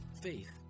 faith